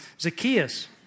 Zacchaeus